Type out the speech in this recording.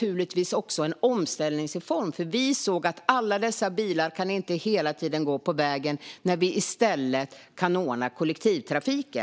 givetvis också en omställningsreform, för vi insåg att vi inte kan ha alla dessa bilar på vägen utan att vi i stället måste ordna med kollektivtrafik.